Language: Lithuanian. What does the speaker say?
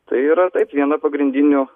tai yra taip viena pagrindinių